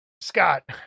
Scott